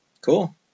Cool